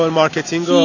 marketing